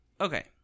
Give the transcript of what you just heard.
Okay